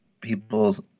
people's